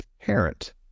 parent